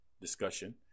discussion